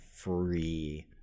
free